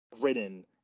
written